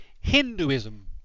Hinduism